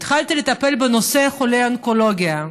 התחלתי לטפל בנושא חולי אונקולוגיה.